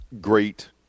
great